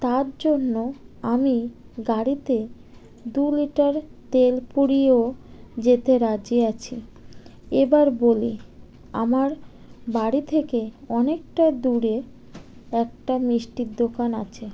তার জন্য আমি গাড়িতে দু লিটার তেল পুড়িও যেতে রাজি আছি এবার বলি আমার বাড়ি থেকে অনেকটা দূরে একটা মিষ্টির দোকান আছে